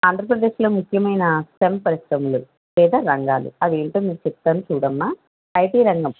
ఆంధ్రప్రదేశ్లో ముఖ్యమైన స్టెమ్ పరిశ్రమలు లేదా రంగాలు అవి ఏంటో మీకు చెప్తాను చూడమ్మా ఐటీ రంగం